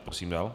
Prosím dál.